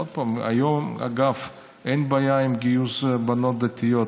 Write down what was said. עוד פעם, היום, אגב, אין בעיה עם גיוס בנות דתיות.